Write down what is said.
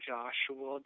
Joshua